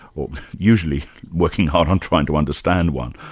or usually working hard on trying to understand one,